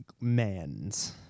mans